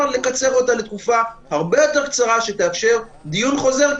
לקצר אותה לתקופה הרבה יותר קצרה שתאפשר דיון חוזר.